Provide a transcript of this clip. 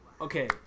okay